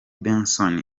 benson